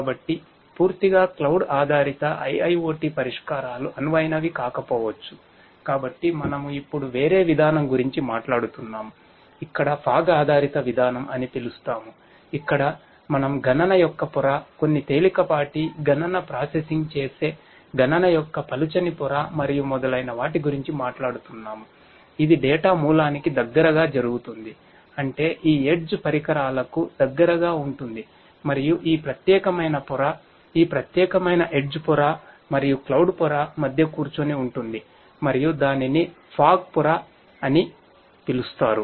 కాబట్టి పూర్తిగా క్లౌడ్ పొర అని పిలుస్తారు